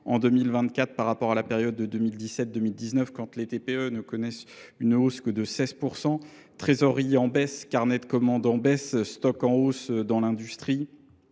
en 2024 par rapport à la période de 2017-2019 quand les TPE ne connaissent une hausse que de 16%. Trésorier en baisse, carnet de commande en baisse, stock en hausse dans l'industrie.